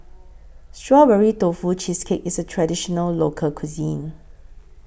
Strawberry Tofu Cheesecake IS A Traditional Local Cuisine